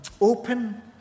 open